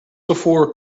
before